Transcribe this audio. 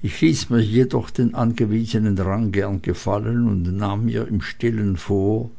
ich ließ mir jedoch den angewiesenen rang gern gefallen und nahm mir im stillen vor